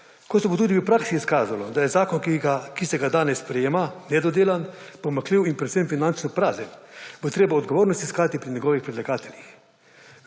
tudi v praksi izkazalo, da je zakon, ki se ga danes sprejema, nedodelan, pomanjkljiv in predvsem finančno prazen, bo treba odgovornost iskati pri njegovih predlagateljih.